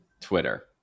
Twitter